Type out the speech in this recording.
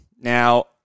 Now